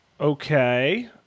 Okay